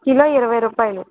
kilo ఇరవై రుపాయలు